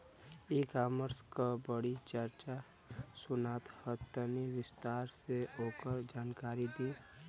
ई कॉमर्स क बड़ी चर्चा सुनात ह तनि विस्तार से ओकर जानकारी दी?